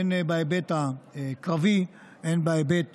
הן בהיבט הקרבי, הן בהיבט